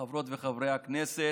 חברות וחברי הכנסת,